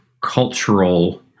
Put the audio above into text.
cultural